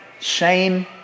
shame